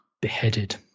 beheaded